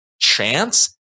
chance